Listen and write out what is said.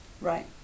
Right